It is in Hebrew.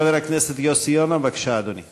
חבר הכנסת יוסי יונה, בבקשה, אדוני.